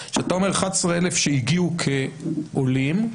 כשאתה אומר 11,000 שהגיעו כעולים,